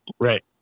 right